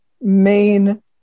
main